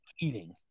eating